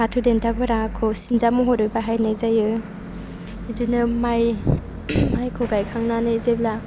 फाथो देन्थाफोरखौ सिन्जा महरै बाहायनाय जायो बिदिनो माइखौ गायखांनानै जेब्ला